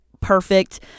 perfect